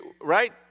Right